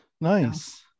Nice